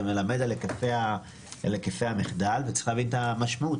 זה מלמד על היקפי המחדל וצריך להבין את המשמעות.